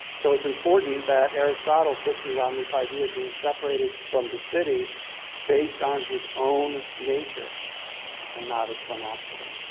so it's important that aristotle fixes on this idea of being separated from the city based on his own nature and not of some accident.